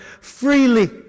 freely